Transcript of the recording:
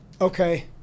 okay